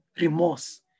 remorse